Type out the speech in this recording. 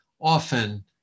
often